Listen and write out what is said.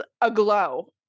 aglow